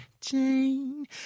Jane